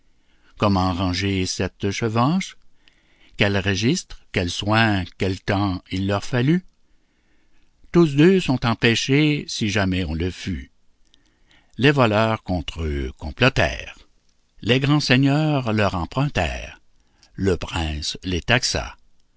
comment ranger cette chevance quels registres quels soins quel temps il leur fallut tous deux sont empêchés si jamais on le fut les voleurs contre eux complotèrent les grands seigneurs leur empruntèrent le prince les